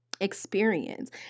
experience